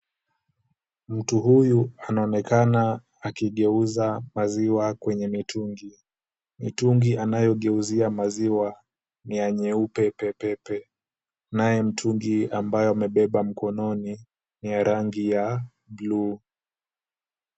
Mtu huyu anaonekana akigeuza maziwa kwenye mitungi. Mitungi anayogeuzia maziwa ni ya nyeupe pepepe, naye mtungi ambayo amebeba mkononi ni ya rangi ya buluu.